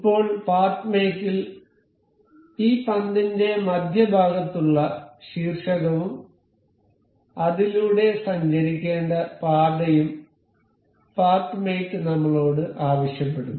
ഇപ്പോൾ path mate ൽ ഈ പന്തിന്റെ മധ്യഭാഗത്തുള്ള ശീർഷകവും അതിലൂടെ സഞ്ചരിക്കേണ്ട പാതയും പാത്ത് മേറ്റ് നമ്മോട് ആവശ്യപ്പെടുന്നു